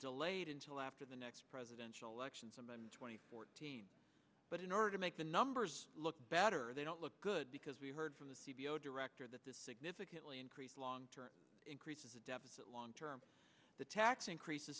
delayed until after the next presidential election sometimes twenty four but in order to make the numbers look better they don't look good because we heard from the cvo director that the significantly increased long term increases the deficit long term the tax increase